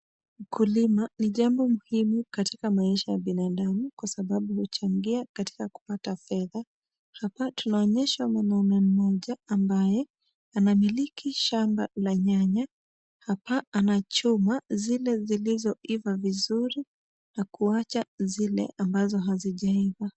Ukulima ni jambo muhimu katika maisha ya binadamu kwa sababu huchagia katika kupata fedha. Hapa tunaonyeshwa mwanaume mmoja ambaye anamiliki shamba la nyanya hapa na anachuma zile ambazo zimeiva vizuri na kuacha zile ambazo hazijaiva.